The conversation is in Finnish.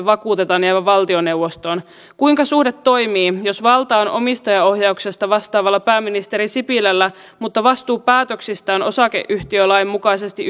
vakuutetaan jäävän valtioneuvostoon kuinka suhde toimii jos valta on omistajaohjauksesta vastaavalla pääministeri sipilällä mutta vastuu päätöksistä on osakeyhtiölain mukaisesti